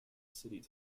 city